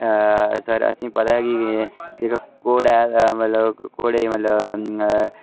sir असेंगी पता कि जेह्का घोड़ा मतलब घोड़े गी मतलब